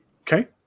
Okay